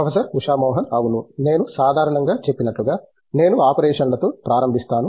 professor Usha Mohan అవును నేను సాధారణంగా చెప్పినట్లుగా నేను ఆపరేషన్లతో ప్రారంభిస్తాను